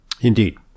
indeed